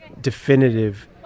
definitive